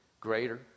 greater